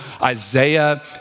Isaiah